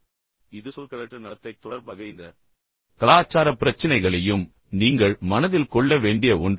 எனவே இது சொற்களற்ற நடத்தை தொடர்பாக இந்த கலாச்சார பிரச்சினைகளையும் நீங்கள் மனதில் கொள்ள வேண்டிய ஒன்று